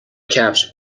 کفش